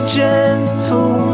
gentle